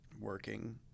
working